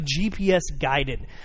GPS-guided